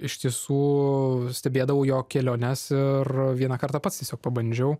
ištisų stebėdavau jo keliones ir vieną kartą pats tiesiog pabandžiau